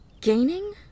Gaining